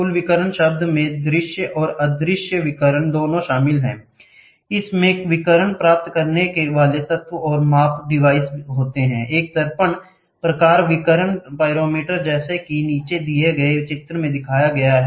कुल विकिरण शब्द में दृश्य और अदृश्य विकिरण दोनों शामिल हैं I इसमें विकिरण प्राप्त करने वाले तत्व और माप डिवाइस होते हैं I एक दर्पण प्रकार विकिरण पाइरोमीटर जैसा कि नीचे दिए गए चित्र में दिखाया गया है